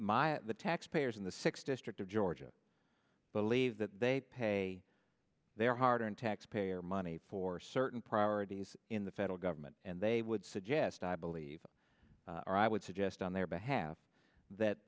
my the tax payers in the six district of georgia believe that they pay their hard earned taxpayer money for certain priorities in the federal government and they would suggest i believe or i would suggest on their behalf that